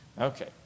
Okay